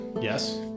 Yes